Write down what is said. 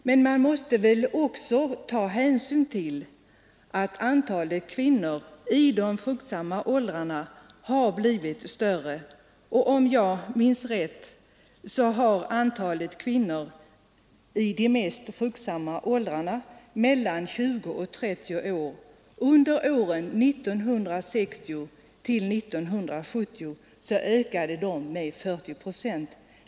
Men man måste väl också ta hänsyn till att antalet kvinnor i de mest fruktsamma åldrarna, alltså mellan 20 och 30 år, under åren 1960-1970 ökat med 40 procent.